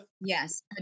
Yes